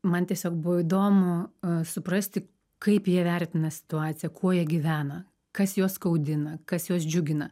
man tiesiog buvo įdomu suprasti kaip jie vertina situaciją kuo jie gyvena kas juos skaudina kas juos džiugina